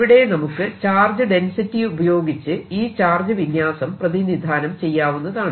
ഇവിടെ നമുക്ക് charge density ഉപയോഗിച്ച് ഈ ചാർജ് വിന്യാസം പ്രതിനിധാനം ചെയ്യാവുന്നതാണ്